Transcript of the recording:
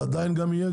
גם זה עדיין יהיה,